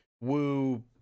woo